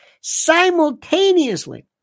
simultaneously